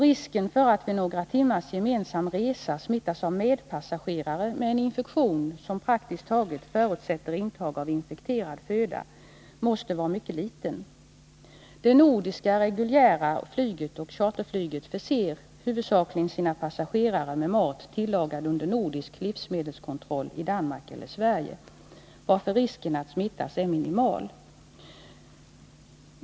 Risken för att vid några timmars gemensam resa smittas av medpassagerare med en infektion som praktiskt taget förutsätter intag av infekterad föda måste vara mycket liten. Nordiskt reguljärt flyg och charterflyg förser sina passagerare med mat tillagad i Nr 56 Danmark eller Sverige under nordisk livsmedelskontroll, varför risken att smittas på resan är minimal.